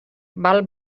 val